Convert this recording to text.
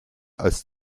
als